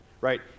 right